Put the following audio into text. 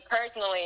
personally